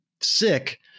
sick